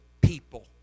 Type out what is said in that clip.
people